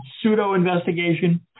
pseudo-investigation